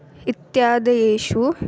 इत्यादयेषु